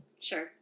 Sure